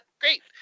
Great